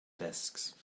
desks